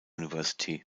university